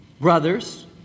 brothers